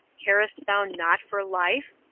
carest thou not for life?